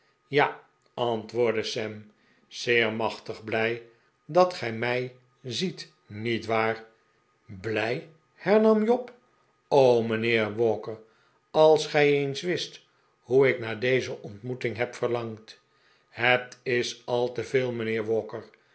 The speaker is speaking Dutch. ja antwoordde sam zeker machtig blij dat gij mij ziet niet waar blij hernam job oeh mijnheer walker als gij eens wist hoe ik naar deze ontmoeting heb verlangd het is al te veel mijnheer walker